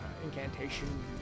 Incantation